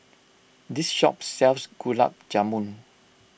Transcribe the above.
this shop sells Gulab Jamun